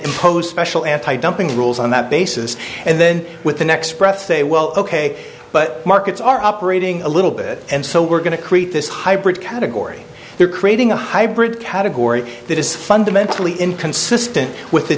impose special anti dumping rules on that basis and then with the next breath say well ok but markets are operating a little bit and so we're going to create this hybrid category they're creating a hybrid category that is fundamentally inconsistent with